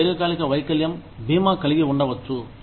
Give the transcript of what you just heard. మీరు దీర్ఘకాలిక వైకల్యం బీమా కలిగి ఉండవచ్చు